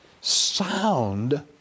sound